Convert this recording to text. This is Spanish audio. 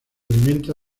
alimenta